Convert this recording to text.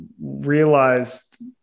realized